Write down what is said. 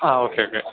ആ okay okay